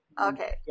Okay